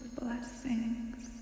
blessings